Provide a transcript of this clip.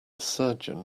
surgeon